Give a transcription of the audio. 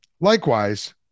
Likewise